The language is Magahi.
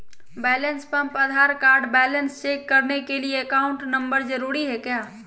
Balance pump Aadhaar card balance check करने के लिए अकाउंट नंबर जरूरी है क्या?